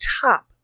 top